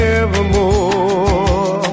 Nevermore